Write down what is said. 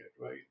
right